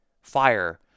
fire